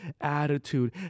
attitude